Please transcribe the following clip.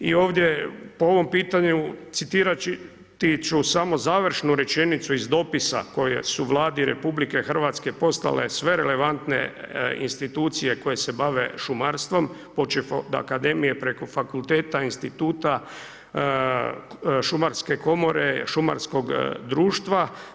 I ovdje po ovom pitanju citirat ću samo završnu rečenicu iz dopisa koje su Vladi RH poslale sve relevantne institucije koje se bave šumarstvom, počev od akademije preko fakulteta, instituta, šumarske komore, šumarskog društva.